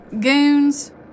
Goons